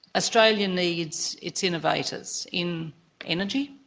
australia needs its innovators in energy.